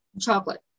chocolate